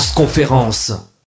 Conférence